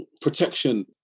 Protection